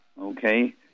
okay